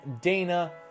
dana